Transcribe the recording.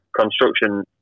construction